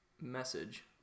message